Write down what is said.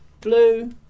Blue